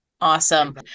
Awesome